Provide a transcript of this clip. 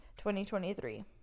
2023